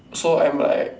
so I'm like